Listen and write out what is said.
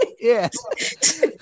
Yes